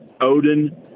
Odin